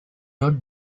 not